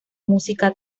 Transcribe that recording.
música